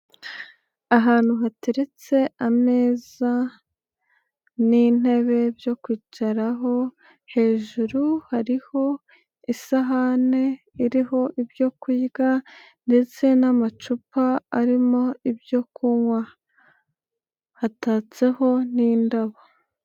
Ahantu hateretse ameza n'intebe byo kwicaraho, hejuru hariho isahane iriho ibyo kurya ndetse n'amacupa arimo ibyo kunywa hatatseho n'indabo.